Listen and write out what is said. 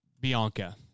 Bianca